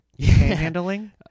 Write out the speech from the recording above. handling